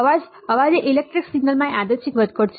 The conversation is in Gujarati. અવાજ અવાજ એ ઇલેક્ટ્રિકલ સિગ્નલમાં યાદચ્છિક વધઘટ છે